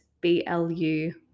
B-L-U